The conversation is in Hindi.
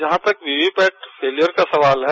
जहां तक वीवीपेट फोलियर का सवाल है